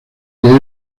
que